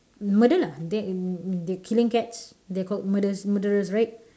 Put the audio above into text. murder lah that the killing cats they're called murders murderers right